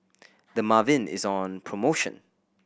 dermaveen is on promotion